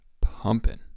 pumping